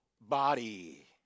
body